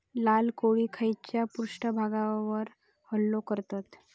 लाल कोळी खैच्या पृष्ठभागावर हल्लो करतत?